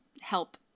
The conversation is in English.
help